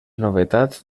novetats